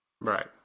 Right